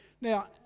Now